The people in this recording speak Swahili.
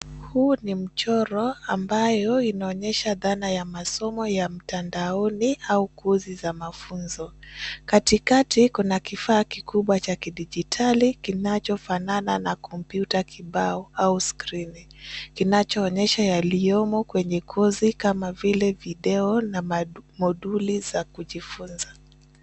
Huu ni mchoro ambayo inaonyesha thana ya masomo ya mtandaoni au kozi za mafunzo. Katikati kuna kifaa kikubwa cha kijiditali, kinachofanana na kompyuta kibao au skrini, kinachoonyesha yaliyomo kwenye kozi kama vile, video na moduli za kujifunza.